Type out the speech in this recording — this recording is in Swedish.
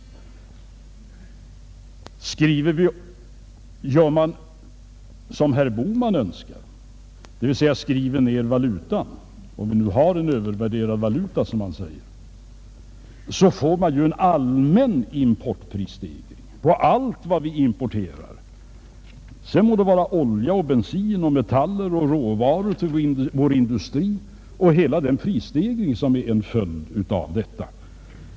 Om vi, som herr Bohman säger, skulle ha en övervärderad valuta och gjorde som han önskar, dvs. skriver ned valutan, får vi ju en allmän prisstegring på allt vad vi importerar — det må vara olja, bensin, metaller eller råvaror till vår industri — och som följd av detta en rad av prishöjningar.